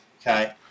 Okay